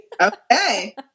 okay